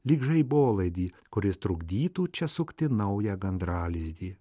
lyg žaibolaidį kuris trukdytų čia sukti naują gandralizdį